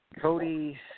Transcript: Cody